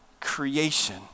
creation